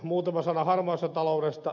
muutama sana harmaasta taloudesta